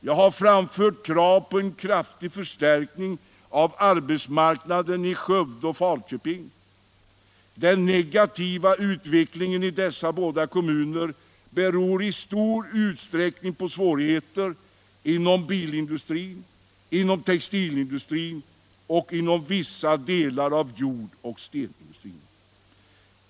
Jag har framfört krav på en kraftig förstärkning av arbetsmarknaden i Skövde och i Falköping. Den negativa utvecklingen i dessa båda kommuner beror i stor utsträckning på svårigheter inom bilindustrin, textilindustrin och vissa delar av jordoch stenindustrin.